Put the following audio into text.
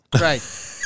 Right